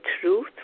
truth